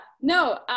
no